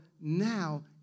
now